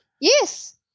yes